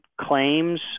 claims